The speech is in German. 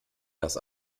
dass